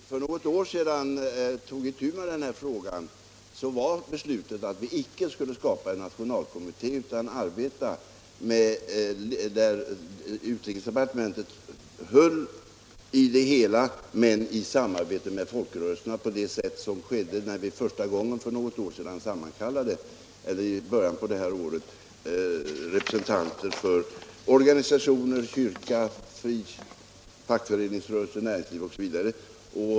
Herr talman! När vi för något år sedan tog itu med den här frågan var beslutet att vi icke skulle skapa en nationalkommitté utan att utrikesdepartementet skulle hålla i det hela och samarbeta med folkrörelserna på det sätt som skedde när vi första gången i början på detta år sammankallade representanter för organisationer, kyrka, fackföreningsrörelse, näringsliv osv.